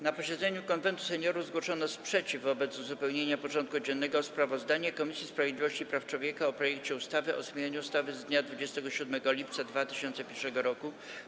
Na posiedzeniu Konwentu Seniorów zgłoszono sprzeciw wobec uzupełnienia porządku dziennego o sprawozdanie Komisji Sprawiedliwości i Praw Człowieka o projekcie ustawy o zmianie ustawy z dnia 27 lipca 2001 r.